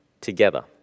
together